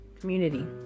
community